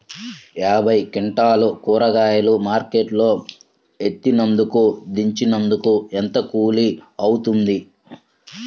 యాభై క్వింటాలు కూరగాయలు మార్కెట్ లో ఎత్తినందుకు, దించినందుకు ఏంత కూలి అవుతుంది?